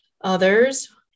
others